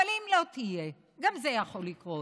אבל אם לא תהיה, גם זה יכול לקרות,